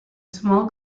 small